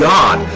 God